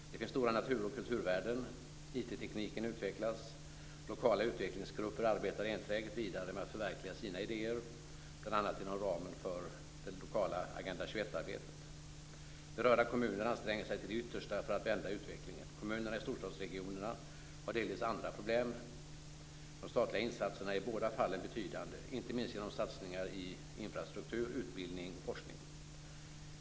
Det finns stora natur och kulturvärden. IT-tekniken utvecklas. Lokala utvecklingsgrupper arbetar enträget vidare med att förverkliga sina idéer, bl.a. inom ramen för det lokala Agenda 21 arbetet. Berörda kommuner anstränger sig till det yttersta för att vända utvecklingen. Kommunerna i storstadsregionerna har delvis andra problem. De statliga insatserna är i båda fallen betydande, inte minst genom satsningar i infrastruktur, utbildning och forskning.